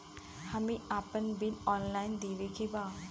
हमे आपन bill online देखे के बा?